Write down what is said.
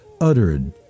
uttered